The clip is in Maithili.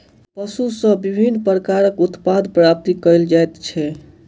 पशु सॅ विभिन्न प्रकारक उत्पाद प्राप्त कयल जाइत छै